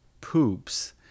poops